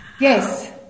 Yes